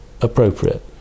appropriate